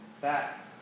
back